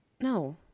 No